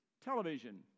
television